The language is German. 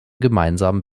gemeinsamen